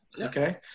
Okay